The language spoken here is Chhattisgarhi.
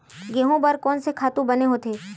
गेहूं बर कोन से खातु बने होथे?